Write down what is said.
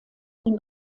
den